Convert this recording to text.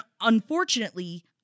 unfortunately